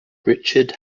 richard